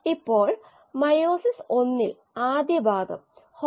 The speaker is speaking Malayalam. മറ്റൊരു വിധത്തിൽ പറഞ്ഞാൽ ബയോ റിയാക്ടറിലെ കൾച്ചർ വളരുകയാണ് അല്ലേ